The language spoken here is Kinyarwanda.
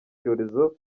cyorezo